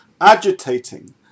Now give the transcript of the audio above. agitating